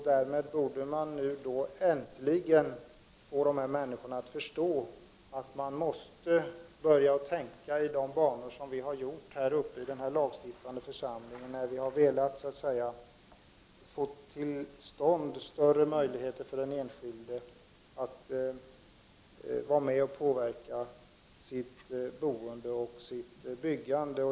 Därmed borde man äntligen få de här människorna att förstå att de måste börja tänka i samma banor som vi har gjort i denna lagstiftande församling, när vi har velat få till stånd större möjligheter för den enskilde att vara med och påverka sitt boende och sitt byggande.